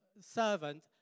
servant